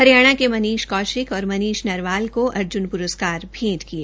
हरियाणा के मनीष कौशिक और मनीष नरवाल को अर्जुन अवार्ड पुरस्कार भेंट किए